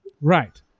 Right